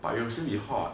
but it'll still be hot